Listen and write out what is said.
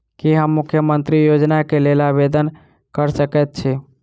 की हम मुख्यमंत्री योजना केँ लेल आवेदन कऽ सकैत छी?